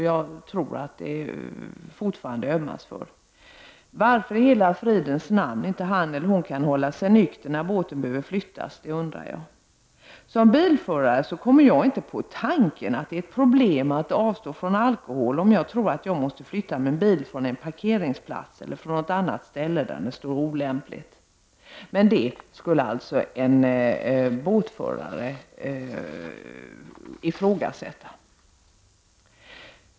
Jag tror att det fortfarande ömmas på samma sätt. Jag undrar varför han/hon inte kan hålla sig nykter när båten behöver flyttas. Som bilförare kommer jag inte på tanken att det skulle vara ett problem att avstå från alko hol, om jag tror att jag måste flytta min bil från en parkeringsplats eller något annat ställe där den står olämpligt. Det skulle alltså en båtförare ifrågasätta.